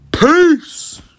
Peace